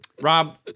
Rob